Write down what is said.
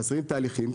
חסרים תהליכים,